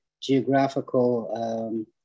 geographical